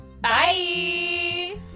bye